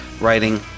writing